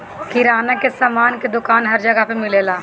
किराना के सामान के दुकान हर जगह पे मिलेला